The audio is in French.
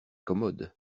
commode